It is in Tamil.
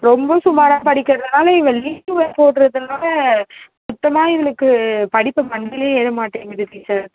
ரொம்ப சுமாராக படிக்கிறதுனால இவள் லீவ்வை போடுறதுனால சுத்தமாக இவளுக்கு படிப்பு மண்டையிலே ஏற மாட்டேங்குது டீச்சர்